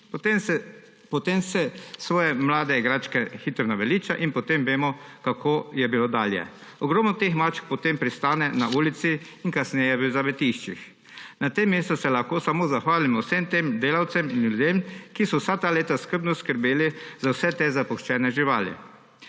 Potem se svoje mlade igračke hitro naveliča in potem vemo, kako je bilo dalje. Ogromno teh mačk potem pristane na ulici in kasneje v zavetiščih. Na tem mestu se lahko samo zahvalimo vsem tem delavcem in ljudem, ki so vsa ta leta skrbno skrbeli za vse te zapuščene živali.